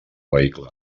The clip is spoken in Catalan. vehicle